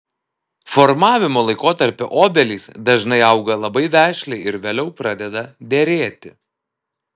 formavimo laikotarpiu obelys dažnai auga labai vešliai ir vėliau pradeda derėti